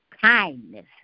kindness